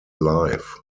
live